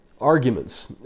arguments